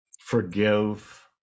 forgive